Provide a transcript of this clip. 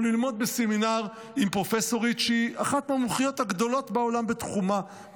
או ללמוד בסמינר עם פרופסורית שהיא אחת מהמומחיות הגדולות בעולם בתחומה,